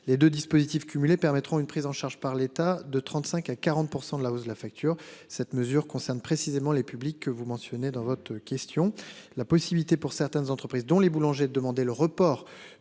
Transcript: les deux dispositifs permettront une prise en charge par l'État de 35 à 40% de la hausse de la facture. Cette mesure concerne précisément les publics que vous mentionnez dans votre question, la possibilité pour certaines entreprises dont les boulangers de demander le report